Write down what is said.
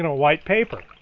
and white paper.